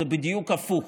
זה בדיוק הפוך,